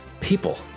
People